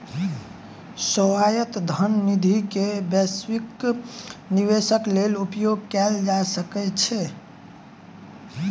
स्वायत्त धन निधि के वैश्विक निवेशक लेल उपयोग कयल जा सकै छै